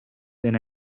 then